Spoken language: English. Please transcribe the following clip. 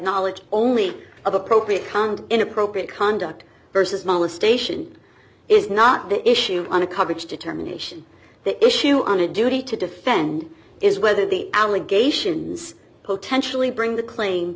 knowledge only of appropriate conduct inappropriate conduct versus mala station is not the issue on a coverage determination the issue on a duty to defend is whether the allegations potentially bring the claim